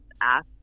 ask